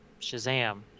Shazam